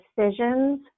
decisions